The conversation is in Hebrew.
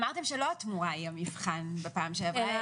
אמרתם שלא התמורה היא המבחן, בפעם שעברה.